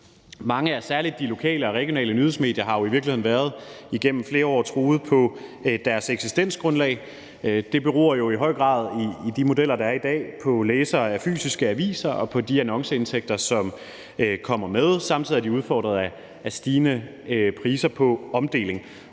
Mange af særlig de lokale og regionale nyhedsmedier har jo i virkeligheden igennem flere år været truet på deres eksistensgrundlag. Det beror jo i høj grad med de modeller, der er i dag, på læsere af fysiske aviser og på de annonceindtægter, som kommer med. Samtidig er de udfordret af stigende priser på omdeling.